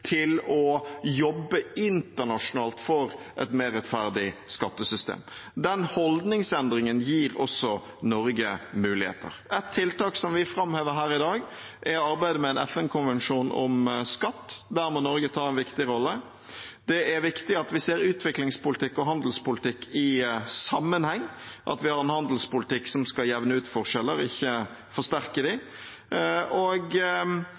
til å jobbe internasjonalt for et mer rettferdig skattesystem. Den holdningsendringen gir også Norge muligheter. Et tiltak som vi framhever her i dag, er arbeidet med en FN-konvensjon om skatt. Der må Norge ta en viktig rolle. Det er viktig at vi ser utviklingspolitikk og handelspolitikk i sammenheng, at vi har en handelspolitikk som skal jevne ut forskjeller, ikke forsterke dem, og